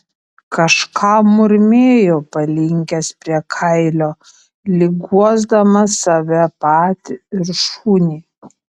kažką murmėjo palinkęs prie kailio lyg guosdamas save patį ir šunį